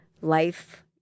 life